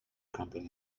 crumbling